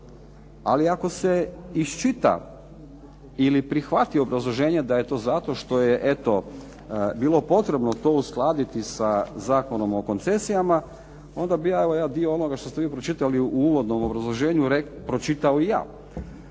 Ali ako se iščita ili prihvati obrazloženje da je to zato što je eto bilo potrebno to uskladiti sa Zakonom o koncesijama onda bi ja evo jedan dio onoga što ste vi pročitali u uvodnom obrazloženju pročitao i ja.